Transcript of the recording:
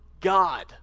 God